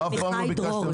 אף פעם לא ביקשתם,